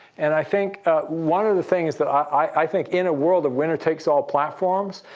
and i think one of the things that i think, in a world of winner takes all platforms,